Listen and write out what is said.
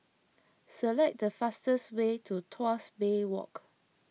select the fastest way to Tuas Bay Walk